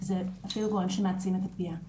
אפילו גורם שמעצים את הפגיעה.